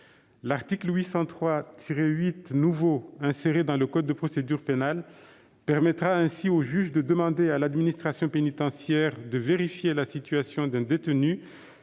L'article 803-8 nouveau, inséré dans le code de procédure pénale, permettra ainsi au juge de demander à l'administration pénitentiaire de vérifier la situation d'un détenu